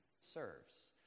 serves